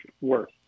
worth